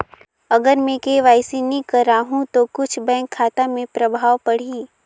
अगर मे के.वाई.सी नी कराहू तो कुछ बैंक खाता मे प्रभाव पढ़ी?